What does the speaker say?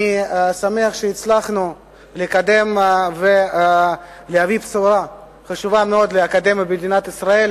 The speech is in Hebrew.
אני שמח שהצלחנו לקדם ולהביא בשורה חשובה מאוד לאקדמיה במדינת ישראל.